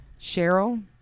Cheryl